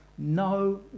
No